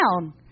down